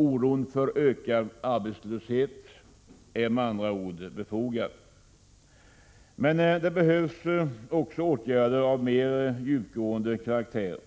Oron för ökad arbetslöshet är med andra ord befogad. Men det behövs också åtgärder av mer djupgående karaktär,